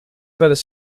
further